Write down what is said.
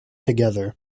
together